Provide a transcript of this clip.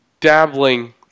dabbling